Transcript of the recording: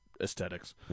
aesthetics